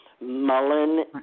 Mullen